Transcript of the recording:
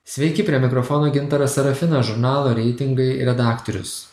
sveiki prie mikrofono gintaras serafinas žurnalo reitingai redaktorius